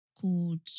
called